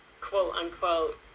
quote-unquote